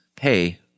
hey